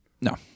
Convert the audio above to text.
No